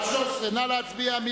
על 13, נא להצביע.